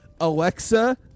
Alexa